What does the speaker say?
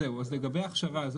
לגבי הכשרה,